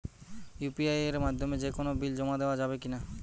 UPI এর মাধ্যমে যে কোনো বিল জমা দেওয়া যাবে কি না?